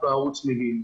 בערו צמיגים.